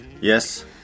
Yes